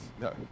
No